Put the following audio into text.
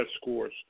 scores